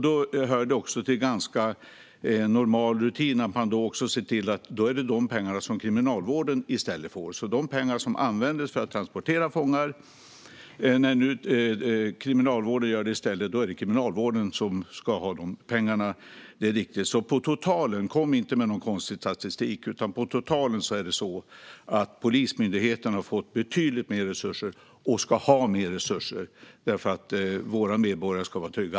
Då är det också ganska normal rutin att se till att Kriminalvården i stället får de pengarna. Pengar som används till transport av fångar ska gå till Kriminalvården när det nu är Kriminalvården som gör det. Det är riktigt. På totalen - kom inte med någon konstig statistik! - har Polismyndigheten fått betydligt mer resurser, och Polismyndigheten ska ha mer resurser. Våra medborgare ska vara trygga.